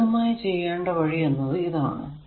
ലളിതമായി ചെയ്യേണ്ട വഴി എന്നത് ഇതാണ്